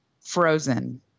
Frozen